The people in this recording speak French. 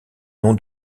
nom